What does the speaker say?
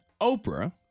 Oprah